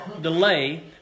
delay